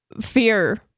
fear